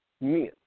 men